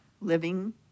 living